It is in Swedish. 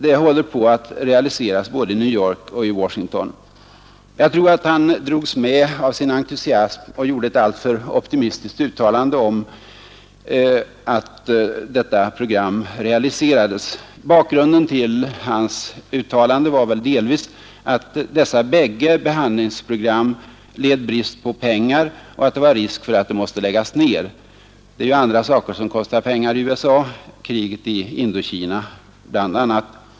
Det håller på att realiseras både i New York och i Washington.” Jag tror att Alsop dragits med av sin entusiasm och gjort ett alltför optimistiskt uttalande om realiserandet av detta program. Bakgrunden till hans uttalande var väl delvis att dessa bägge behandlingsprogram led brist på pengar och att det var risk för att de måste läggas ner. Det är ju andra saker som kostar pengar i USA, bl.a. kriget i Indokina.